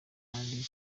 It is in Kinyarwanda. kandi